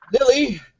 Lily